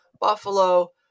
Buffalo